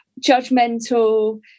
judgmental